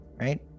Right